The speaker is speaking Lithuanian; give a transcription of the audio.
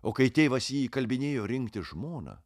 o kai tėvas jį įkalbinėjo rinktis žmoną